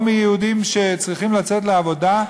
או מיהודים שצריכים לצאת לעבודה,